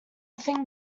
thing